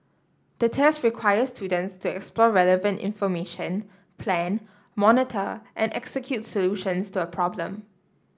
the test required students to explore relevant information plan monitor and execute solutions to a problem